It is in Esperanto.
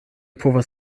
povas